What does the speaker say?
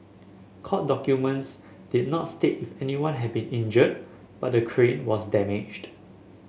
court documents did not state if anyone had been injured but the crane was damaged